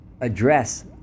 address